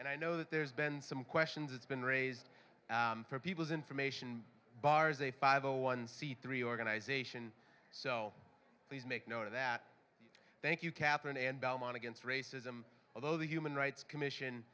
and i know that there's been some questions it's been raised for people's information bars a five a one c three organization so please make note of that thank you katherine and belmont against racism although the human rights commission